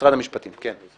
משרד המשפטים, כן.